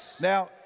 Now